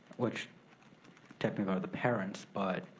which technically are the parents. but